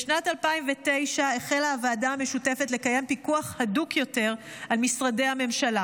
בשנת 2009 החלה הוועדה המשותפת לקיים פיקוח הדוק יותר על משרדי הממשלה,